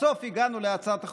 בסוף הגענו להצעת חוק,